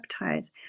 peptides